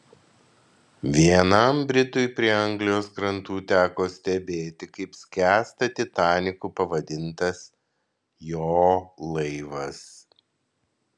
vienam britui prie anglijos krantų teko stebėti kaip skęsta titaniku pavadintas jo laivas